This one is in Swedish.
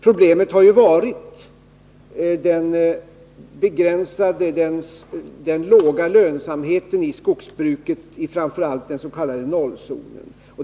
Problemet har varit den låga lönsamheten i skogsbruket i framför allt den s.k. nollzonen.